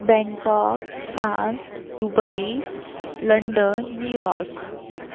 Bangkok France Dubai London New York